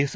S